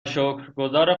شکرگزار